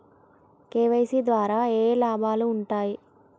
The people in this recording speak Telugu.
కే.వై.సీ ద్వారా ఏఏ లాభాలు ఉంటాయి?